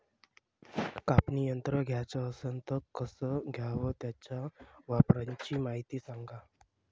कापनी यंत्र घ्याचं असन त कस घ्याव? त्याच्या वापराची मायती सांगा